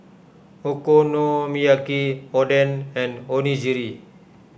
Okonomiyaki Oden and Onigiri